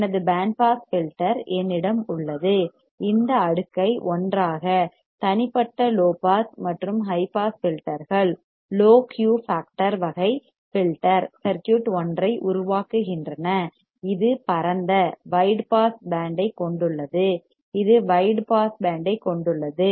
எனது band pass filter என்னிடம் உள்ளது இந்த அடுக்கை ஒன்றாக தனிப்பட்ட லோ பாஸ் மற்றும் ஹை பாஸ் ஃபில்டர்கள் லோ க்யூ ஃபேக்டர் வகை ஃபில்டர் சர்க்யூட் ஒன்றை உருவாக்குகின்றன இது பரந்த வைட் wide பாஸ் பேண்டைக் கொண்டுள்ளது இது வைட் wide பாஸ் பேண்டைக் கொண்டுள்ளது